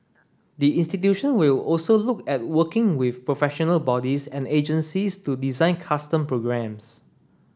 the institution will also look at working with professional bodies and agencies to design custom programmes